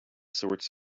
sorts